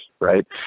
right